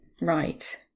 right